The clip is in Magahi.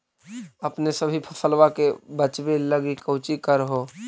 अपने सभी फसलबा के बच्बे लगी कौची कर हो?